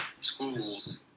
schools